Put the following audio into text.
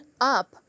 up